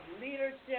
leadership